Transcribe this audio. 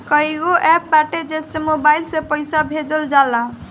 कईगो एप्प बाटे जेसे मोबाईल से पईसा भेजल जाला